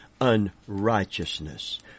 unrighteousness